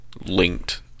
linked